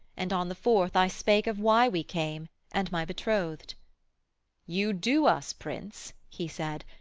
and on the fourth i spake of why we came, and my bethrothed. you do us, prince he said,